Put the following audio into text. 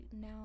now